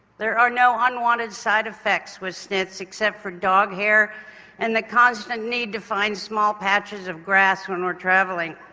there are no unwanted side effects with snits except for dog hair and the constant and need to find small patches of grass when we're travelling.